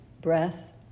breath